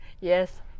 yes